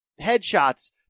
headshots